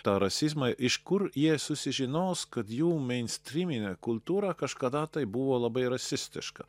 tą rasizmą iš kur jie susižinos kad jų meinstryminė kultūra kažkada tai buvo labai rasistiška